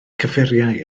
cyffuriau